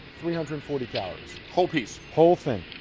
three hundred and forty calories. whole piece? whole thing.